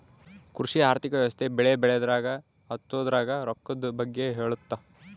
ಕೃಷಿ ಆರ್ಥಿಕ ವ್ಯವಸ್ತೆ ಬೆಳೆ ಬೆಳೆಯದ್ರಾಗ ಹಚ್ಛೊದ್ರಾಗ ರೊಕ್ಕದ್ ಬಗ್ಗೆ ಹೇಳುತ್ತ